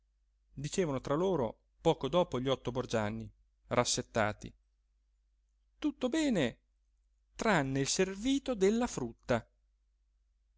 dicevano tra loro poco dopo gli otto borgianni rassettati tutto bene tranne il servito della frutta